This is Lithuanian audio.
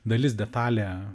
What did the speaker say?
dalis detalė